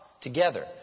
together